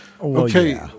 okay